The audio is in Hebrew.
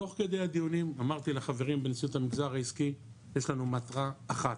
תוך כדי הדיונים אמרתי לחברים בנשיאות המגזר העסקי שיש לנו מטרה אחת,